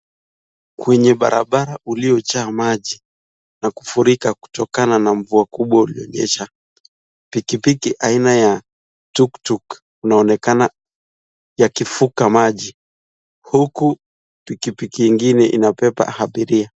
Kwenye barabara uliyojaa maji na kufurika kutokana na mvua kubwa iliyonyesha. Pikipiki aina ya tuktuk inaonekana yakivuka maji huku pikipiki nyingine inabeba abiria.